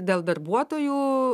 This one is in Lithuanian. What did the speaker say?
dėl darbuotojų